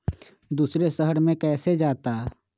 दूसरे शहर मे कैसे जाता?